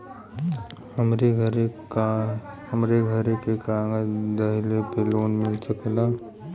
हमरे घरे के कागज दहिले पे लोन मिल सकेला?